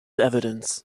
evidence